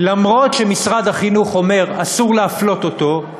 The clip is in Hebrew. למרות שמשרד החינוך אומר שאסור להפלות אותו,